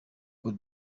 côte